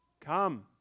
come